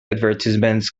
advertisements